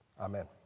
Amen